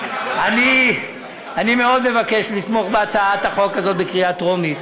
אני מאוד מבקש לתמוך בהצעת החוק הזאת בקריאה טרומית.